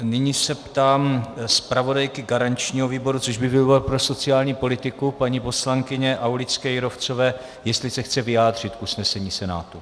Nyní se ptám zpravodajky garančního výboru, což byl výbor pro sociální politiku, paní poslankyně Aulické Jírovcové, jestli se chce vyjádřit k usnesení Senátu.